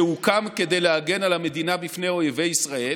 שהוקם כדי להגן על המדינה מפני אויבי ישראל,